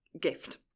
Gift